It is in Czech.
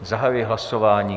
Zahajuji hlasování.